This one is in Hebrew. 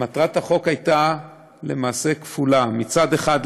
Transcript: מטרת החוק הייתה למעשה כפולה: מצד אחד,